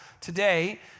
today